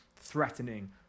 threatening